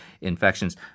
infections